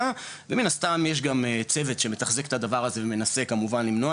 ומן הסתם יש גם צוות שמתחזק את הדבר הזה ומנסה כמובן למנוע